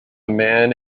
man